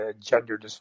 gender